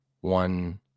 one